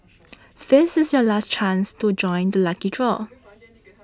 this is your last chance to join the lucky draw